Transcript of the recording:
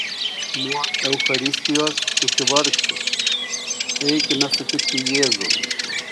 nuo eucharistijos iki vargšų eikime sutikti jėzų